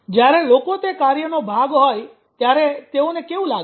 જ્યારે લોકો તે કાર્યનો ભાગ હોય ત્યારે તેઓને કેવું લાગે છે